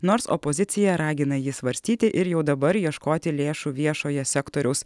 nors opozicija ragina jį svarstyti ir jau dabar ieškoti lėšų viešojo sektoriaus